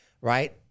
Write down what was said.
right